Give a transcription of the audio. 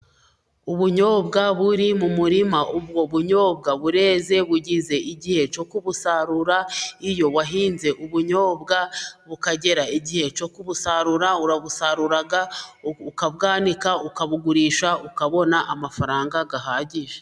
Ubunyobwa buri mu murima ubwo bunyobwa bureze bugize igihe cyo kubusarura iyo wahinze ubunyobwa bukagera igihe cyo kubusarura urabusarura ukabika ukabugurisha ukabona amafaranga ahagije.